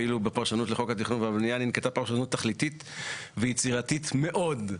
ואילו בפרשנות לחוק התכנון והבנייה ננקטה פרשנות תכליתית ויצירתית מאוד.